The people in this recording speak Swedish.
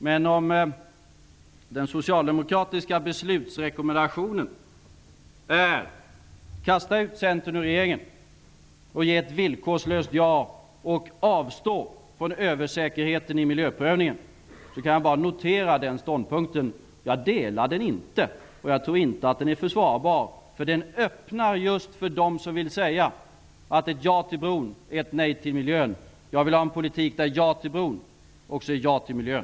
Men om den socialdemokratiska beslutsrekommendationen är att kasta ut Centern ur regeringen, ge ett villkorslöst ja och avstå från översäkerheten i miljöprövningen, så kan jag bara notera den ståndpunkten. Jag delar den inte och jag tror inte att den är försvarbar, därför att den öppnar just för dem som vill säga att ett ja till bron är ett nej till miljön. Jag vill ha en politik där ja till bron också är ja till miljön.